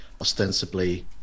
ostensibly